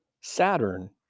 Saturn